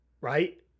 right